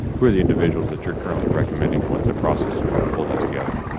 who are the individuals that you are currently recommending and what is the process to try to pull that together?